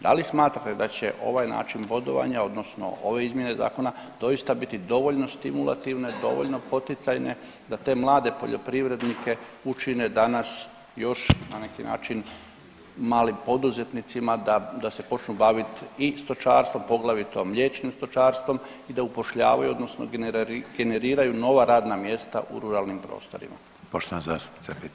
Da li smatrate da će ovaj način bodovanja odnosno ove izmjene zakona doista biti dovoljno stimulativne, dovoljno poticajne da te mlade poljoprivrednike učine danas još na neki način malim poduzetnicima da se počnu bavit i stočarstvom, poglavito mliječnim stočarstvom i da upošljavaju, odnosno generiraju nova radna mjesta u ruralnim prostorima.